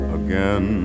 again